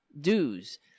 Dues